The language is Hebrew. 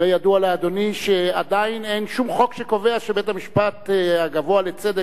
הרי ידוע לאדוני שעדיין אין שום חוק שקובע שבית-המשפט הגבוה לצדק,